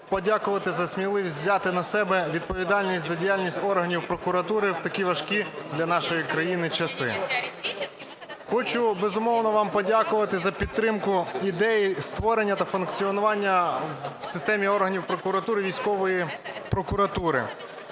подякувати за сміливість взяти на себе відповідальність за діяльність органів прокуратури в такі важкі для нашої країни часи, хочу, безумовно, вам подякувати за підтримку ідеї створення та функціонування в системі органів прокуратури, військової прокуратури